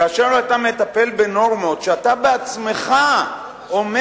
כאשר אתה מטפל בנורמות שאתה בעצמך אומר